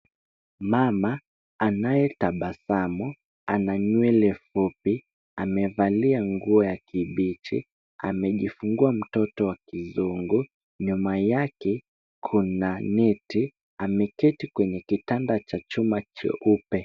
Mama anaye tabasamu, ana nywele fupi. Amevalia nguo ya kibichi. Amejifungua mtoto wa kizungu. Nyuma yake kuna neti. Ameketi kwenye kitanda cha chuma cheupe.